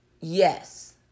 Yes